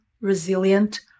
resilient